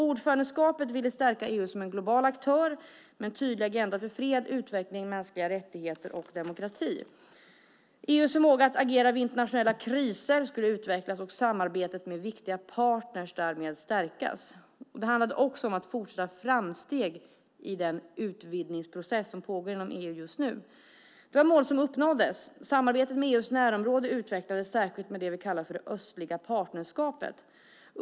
Ordförandeskapet ville stärka EU som en global aktör med en tydlig agenda för fred, utveckling, mänskliga rättigheter och demokrati. EU:s förmåga att agera vid internationella kriser skulle utvecklas och samarbetet med viktiga partner därmed stärkas. Det handlade också om fortsatta framsteg i den utvidgningsprocess som pågår inom EU just nu. Det var mål som uppnåddes. Samarbetet med EU:s närområde utvecklades, särskilt det vi kallar för det östliga partnerskapet.